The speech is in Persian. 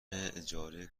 اجاره